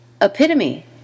Epitome